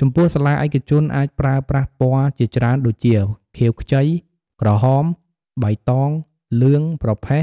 ចំពោះសាលាឯកជនអាចប្រើប្រាស់ពណ៌ជាច្រើនដូចជា ខៀវខ្ចី ក្រហម បៃតង លឿង ប្រផេះ